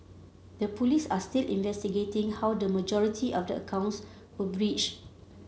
the Police are still investigating how the majority of the accounts were breached